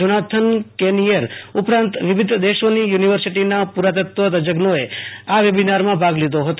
Jonathan Kenoyer ઉપરાંત વિવિધ દેશોની યુનિવર્સિટીના પુ રાતત્ત્વ તજ્ઞોએ વેબિનારમાં ભાગ લીધો હતો